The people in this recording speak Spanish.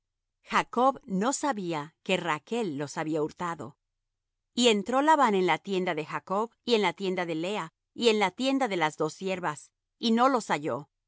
jacob no sabía que rachl los había hurtado y entró labán en la tienda de jacob y en la tienda de lea y en la tienda de las dos siervas y no los halló